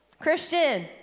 Christian